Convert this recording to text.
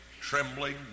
trembling